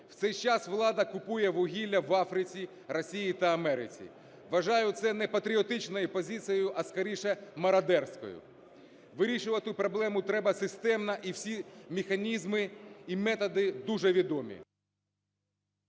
В цей час влада купує вугілля в Африці, Росії та Америці. Вважаю це не патріотичною позицією, а скоріше мародерською. Вирішувати проблему треба системно, і всі механізми і методи дуже відомі.